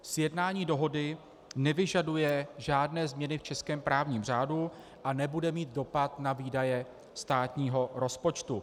Sjednání dohody nevyžaduje žádné změny v českém právním řádu a nebude mít dopad na výdaje státního rozpočtu.